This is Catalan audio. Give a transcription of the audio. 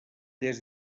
des